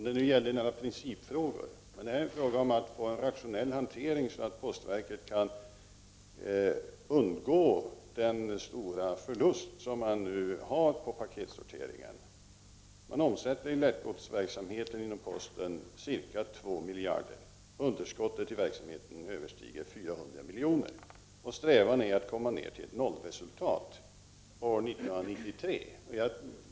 Det är en sak om det gäller principfrågor, men här är det fråga om att få en rationell hantering så att postverket kan undgå den stora förlust man nu har för paketsorteringen. I postens lättgodsverksamhet omsätter man ca 2 miljarder kronor. Underskottet i verksamheten överstiger 400 milj.kr., och strävan är att komma ner till till ett nollresultat år 1993.